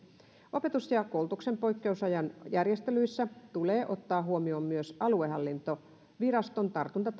opetuksen ja koulutuksen poikkeusajan järjestelyissä tulee ottaa huomioon myös aluehallintoviraston